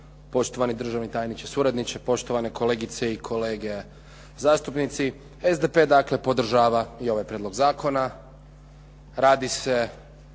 poštovani državni tajniče suradniče, poštovane kolegice i kolege zastupnici. SDP dakle podržava i ovaj Prijedlog zakona. Radi se